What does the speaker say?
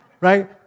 right